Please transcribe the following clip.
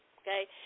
okay